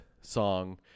song